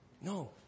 No